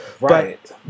Right